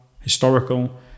historical